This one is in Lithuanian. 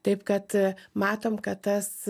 taip kad matom kad tas